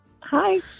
Hi